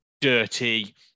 dirty